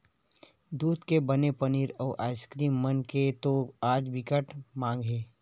दूद के बने पनीर, अउ आइसकीरिम मन के तो आज बिकट माग हे